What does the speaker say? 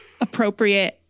appropriate